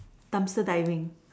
time to diving